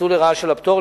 מניצול לרעה של הפטור.